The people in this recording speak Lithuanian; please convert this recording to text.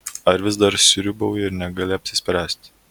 ar vis dar sriūbauji ir negali apsispręsti